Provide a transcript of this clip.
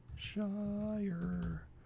shire